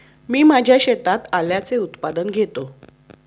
मी माझ्या शेतात आल्याचे उत्पादन घेतो